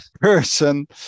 person